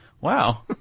Wow